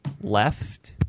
left